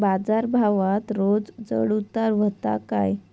बाजार भावात रोज चढउतार व्हता काय?